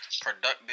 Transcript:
productive